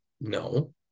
No